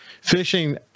fishing